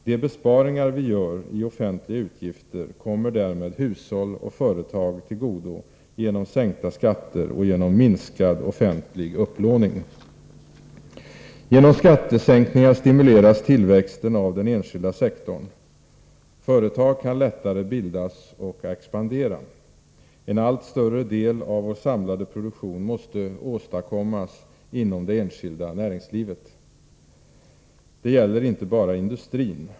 De besparingar vi gör i offentliga utgifter kommer därmed hushåll och företag till godo genom sänkta skatter och genom minskad offentlig upplåning. Genom skattesänkningar stimuleras tillväxten av den enskilda sektorn. Företag kan lättare bildas och expandera. En allt större del av vår samlade produktion måste åstadkommas inom det enskilda näringslivet. Det gäller inte bara industrin.